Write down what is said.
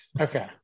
Okay